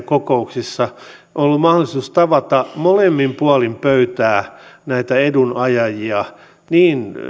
kokouksissa ollut mahdollisuus tavata molemmin puolin pöytää näitä edunajajia niin